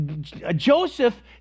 Joseph